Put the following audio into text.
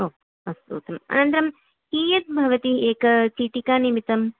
ओ अस्तु उत्तमम् अनन्तरं कियत् भवति एक चीटिकानिमित्तं